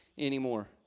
anymore